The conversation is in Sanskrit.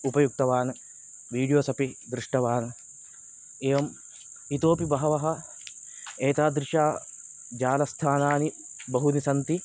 उपयुक्तवान् विडियोस् अपि दृष्टवान् एवम् इतोऽपि बहवः एतादृशजालस्थानानि बहूनि सन्ति